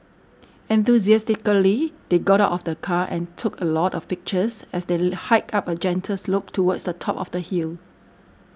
enthusiastically they got out of the car and took a lot of pictures as they hiked up a gentle slope towards the top of the hill